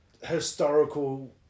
historical